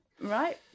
Right